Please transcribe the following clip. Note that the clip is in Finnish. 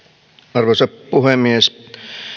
arvoisa puhemies